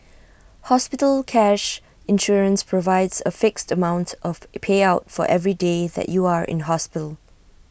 hospital cash insurance provides A fixed amount of payout for every day that you are in hospital